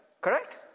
Correct